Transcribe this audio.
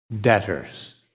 debtors